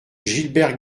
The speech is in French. gilbert